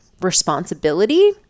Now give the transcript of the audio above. responsibility